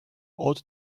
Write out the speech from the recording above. ought